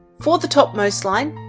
for the topmost line,